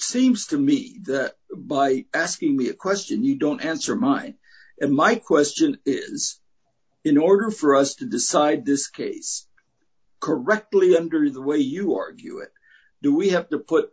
seems to me that by asking me a question you don't hands are mine and my question is in order for us to decide this case correctly under the way you argue it do we have to put